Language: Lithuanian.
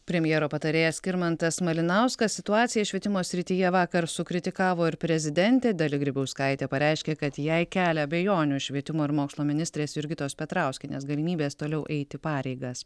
premjero patarėjas skirmantas malinauskas situaciją švietimo srityje vakar sukritikavo ir prezidentė dalia grybauskaitė pareiškė kad jai kelia abejonių švietimo ir mokslo ministrės jurgitos petrauskienės galimybės toliau eiti pareigas